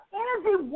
energy